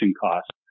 cost